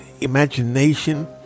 Imagination